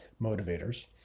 motivators